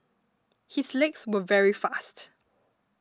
his legs were very fast